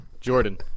Jordan